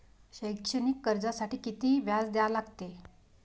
शैक्षणिक कर्जासाठी किती व्याज द्या लागते?